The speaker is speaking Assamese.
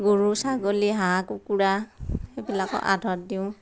গৰু ছাগলী হাঁহ কুকুৰা এইবিলাকক দিওঁ